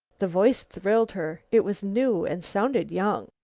the voice thrilled her. it was new and sounded young.